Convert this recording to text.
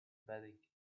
bedding